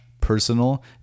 personal